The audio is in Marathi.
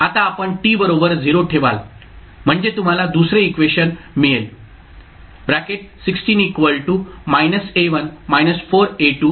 आता आपण t बरोबर 0 ठेवाल म्हणजे तुम्हाला दुसरे इक्वेशन मिळेल 16 A1 4